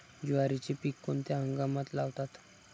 ज्वारीचे पीक कोणत्या हंगामात लावतात?